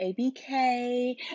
abk